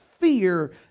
fear